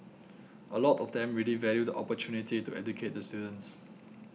a lot of them really value the opportunity to educate the students